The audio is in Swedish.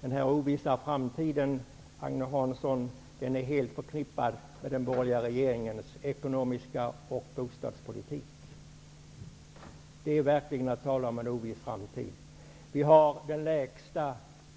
Denna ovissa framtid, Agne Hansson, är helt förknippad med den borgerliga regeringens bostadspolitik. Det är verkligen att tala om en oviss framtid.